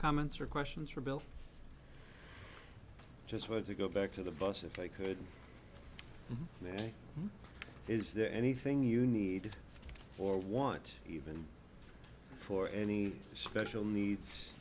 comments or questions for bill just wanted to go back to the bus if i could then is there anything you need or want even for any special needs